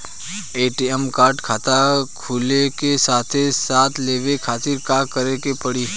ATM card खाता खुले के साथे साथ लेवे खातिर का करे के पड़ी?